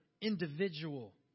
individual